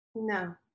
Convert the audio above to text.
No